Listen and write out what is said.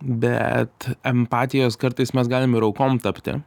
bet empatijos kartais mes galime ir aukom tapti